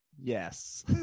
Yes